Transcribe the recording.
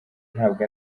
ntabwo